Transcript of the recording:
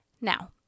Now